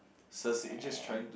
Cersei just trying to